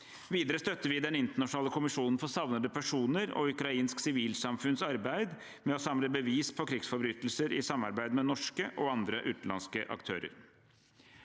Videre støtter vi den internasjonale kommisjonen for savnede personer og ukrainsk sivilsamfunns arbeid med å samle bevis på krigsforbrytelser i samarbeid med norske og andre utenlandske aktører.